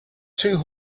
two